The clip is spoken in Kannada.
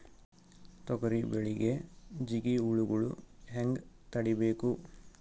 ತೊಗರಿ ಬೆಳೆಗೆ ಜಿಗಿ ಹುಳುಗಳು ಹ್ಯಾಂಗ್ ತಡೀಬೇಕು?